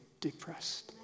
depressed